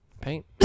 paint